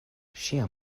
ŝia